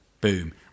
Boom